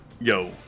yo